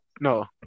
No